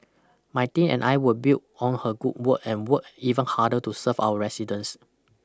my team and I will build on her good work and work even harder to serve our residents